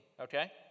okay